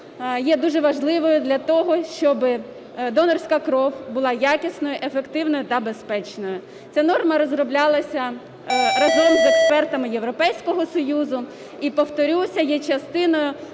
є дуже важливою для того, щоб донорська кров була якісною, ефективною та безпечною. Ця норма розроблялася разом з експертами Європейського союзу і, повторюся, є частиною